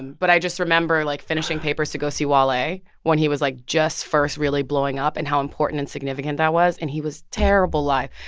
but i just remember, like, finishing papers to go see wale when he was, like, just first really blowing up, and how important and significant that was. and he was terrible live,